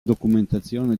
documentazione